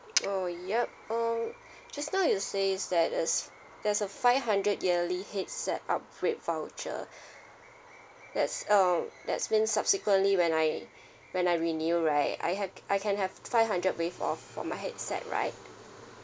oh yup um just now you says there is there's a five hundred yearly headset upgrade voucher that's um that's means subsequently when I when I renew right I had I can have five hundred waive off for my headset right